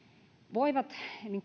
voivat